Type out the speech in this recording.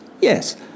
Yes